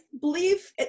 believe